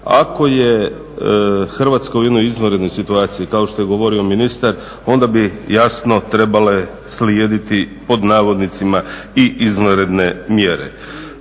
Ako je Hrvatska u jednoj izvanrednoj situaciji kao što je govorio ministar onda bi jasno trebale slijediti "i izvanredne mjere".